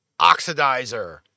Oxidizer